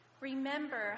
Remember